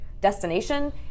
destination